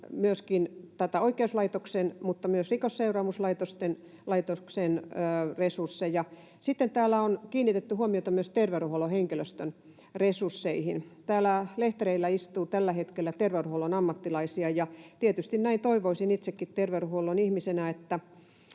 myöskin oikeuslaitoksen mutta myös Rikosseuraamuslaitoksen resursseja. Sitten täällä on kiinnitetty huomiota myös terveydenhuollon henkilöstön resursseihin. Täällä lehtereillä istuu tällä hetkellä terveydenhuollon ammattilaisia, ja tietysti toivoisin itsekin terveydenhuollon ihmisenä, että